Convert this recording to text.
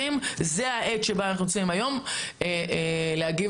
זו העת שבה אנחנו נמצאים היום ואנחנו צריכים להגיב